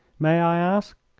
may i ask